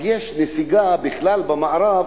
יש נסיגה, בכלל במערב,